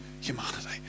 humanity